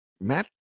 Matt